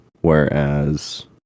Whereas